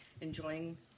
enjoying